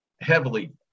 heavily